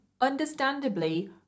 understandably